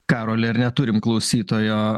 karoli ar neturim klausytojo